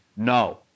No